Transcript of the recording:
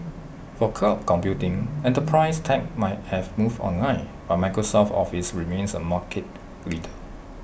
for cloud computing enterprise tech might have moved online but Microsoft's office remains A market leader